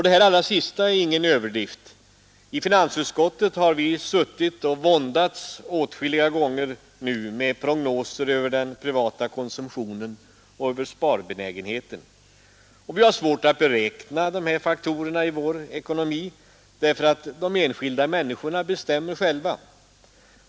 Det allra sista är ingen överdrift. I finansutskottet har vi suttit och våndats åtskilliga gånger med prognoser över den privata konsumtionen och över sparbenägenheten. Vi har svårt att beräkna dessa faktorer i svensk ekonomi därför att de enskilda människorna själva bestämmer.